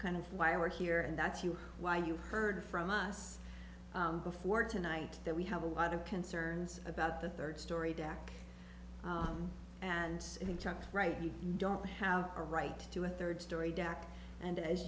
kind of why we're here and that's you why you've heard from us before tonight that we have a lot of concerns about the third story back and chuck right you don't have a right to a third story deck and as